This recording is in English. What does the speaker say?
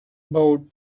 board